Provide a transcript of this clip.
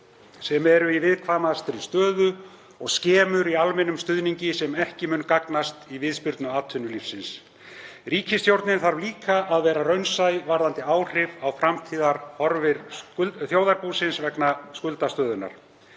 sem eru í viðkvæmastri stöðu og skemur í almennum stuðningi sem ekki mun gagnast í viðspyrnu atvinnulífsins. Ríkisstjórnin þarf líka að vera raunsæ varðandi áhrif á framtíðarhorfur þjóðarbúsins vegna skuldastöðunnar.